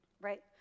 Right